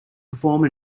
perform